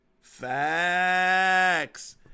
Facts